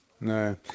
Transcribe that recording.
No